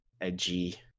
edgy